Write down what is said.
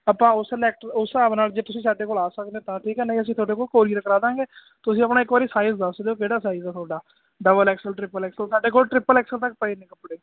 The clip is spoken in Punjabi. ਆਪਾਂ ਉਹ ਸਿਲੈਕਟ ਉਸ ਹਿਸਾਬ ਨਾਲ ਜੇ ਤੁਸੀਂ ਸਾਡੇ ਕੋਲ ਆ ਸਕਦੇ ਹੋ ਤਾਂ ਠੀਕ ਆ ਨਹੀਂ ਅਸੀਂ ਥੋਡੇ ਕੋਲ ਕੋਰੀਅਰ ਕਰਾਦਾਂਗੇ ਤੁਸੀਂ ਆਪਣਾ ਇੱਕ ਵਾਰੀ ਸਾਈਜ਼ ਦੱਸ ਦੋ ਕਿਹੜਾ ਸਾਈਜ਼ ਆ ਥੋਡਾ ਡਬਲ ਐਕਸਲ ਟ੍ਰਿਪਲ ਐਕਸਲ ਸਾਡੇ ਕੋਲ ਟ੍ਰਿਪਲ ਐਕਸਲ ਤੱਕ ਪਏ ਨੇ ਕੱਪੜੇ